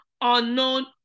unknown